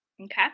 Okay